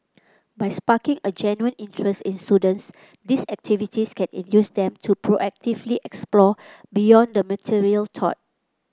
by sparking a genuine interest in students these activities can induce them to proactively explore beyond the material taught